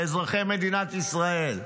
באזרחי מדינת ישראל,